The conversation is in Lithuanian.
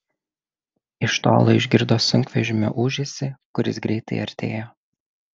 iš tolo išgirdo sunkvežimio ūžesį kuris greitai artėjo